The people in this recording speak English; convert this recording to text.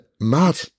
Mad